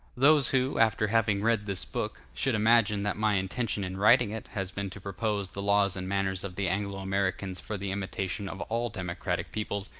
those who, after having read this book, should imagine that my intention in writing it has been to propose the laws and manners of the anglo-americans for the imitation of all democratic peoples,